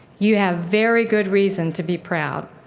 you have very good reason to be proud.